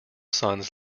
sons